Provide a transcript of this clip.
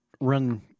run